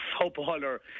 footballer